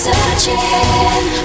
Searching